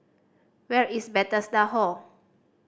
where is Bethesda Hall